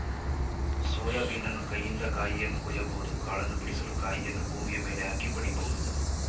soya ಬೀನನ್ನು ಕೈಯಿಂದ ಕಾಯಿಯನ್ನು ಕೊಯ್ಯಬಹುದು ಕಾಳನ್ನು ಬಿಡಿಸಲು ಕಾಯಿಯನ್ನು ಭೂಮಿಯ ಮೇಲೆ ಹಾಕಿ ಬಡಿಬೋದು